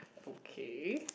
okay